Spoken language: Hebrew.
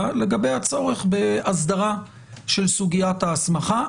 לגבי הצורך בהסדרה של סוגיית ההסמכה.